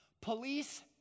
Police